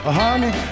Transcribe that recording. honey